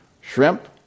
Shrimp